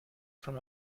from